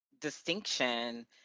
distinction